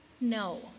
no